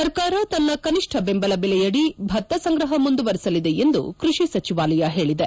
ಸರ್ಕಾರ ತನ್ನ ಕನಿಷ್ಠ ದೆಂಬಲ ಬೆಲೆ ಅಡಿ ಭತ್ತ ಸಂಗ್ರಹ ಮುಂದುವರೆಸಲಿದೆ ಎಂದು ಕೃಷಿ ಸಚಿವಾಲಯ ಹೇಳಿದೆ